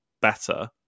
better